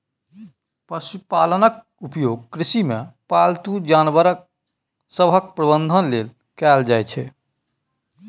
पशुपालनक उपयोग कृषिमे पालतू जानवर सभक प्रबंधन लेल कएल जाइत छै